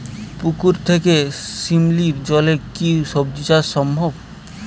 পুকুর থেকে শিমলির জলে কি সবজি চাষ সম্ভব?